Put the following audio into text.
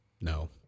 No